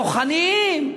כוחניים.